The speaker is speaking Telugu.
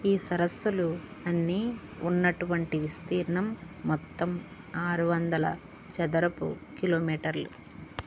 ఈ సరస్సులు అన్నీ ఉన్నటువంటి విస్తీర్ణం మొత్తం ఆరు వందల చదరపు కిలోమీటర్లు